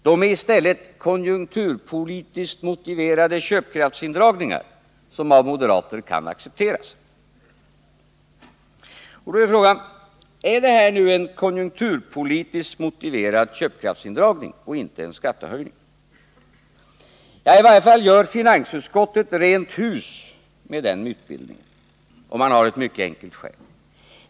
De är i stället konjunkturpolitiskt motiverade köpkraftsindragningar, som kan accepteras av moderater. Då är frågan: Är detta en konjunkturpolitiskt motiverad köpkraftsindragning och inte en skattehöjning? I varje fall gör finansutskottet rent hus med den mytbildningen, och man har ett mycket enkelt skäl.